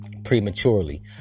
Prematurely